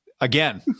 Again